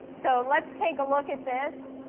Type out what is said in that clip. so, let's take a look at this.